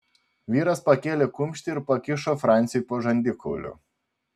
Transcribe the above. vyras pakėlė kumštį ir pakišo franciui po žandikauliu